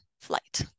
flight